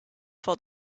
for